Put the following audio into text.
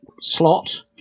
slot